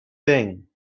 thing